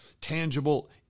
tangible